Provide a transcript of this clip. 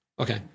Okay